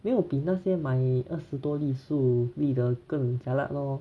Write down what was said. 没有比那些买二十多粒十五粒的更 jialat lor